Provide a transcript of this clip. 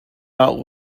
not